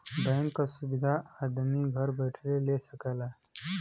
bank क सुविधा आदमी घर बैइठले ले सकला